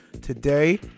Today